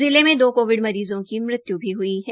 जिले में दो कोविड मरीज़ों की मृत्यु भी हुई है